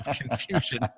confusion